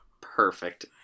Perfect